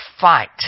fight